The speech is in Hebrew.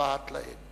משוועת להם.